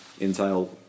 entail